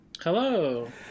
hello